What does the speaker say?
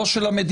לא של המדינה,